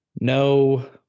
No